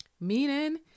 Meaning